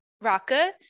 raka